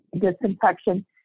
disinfection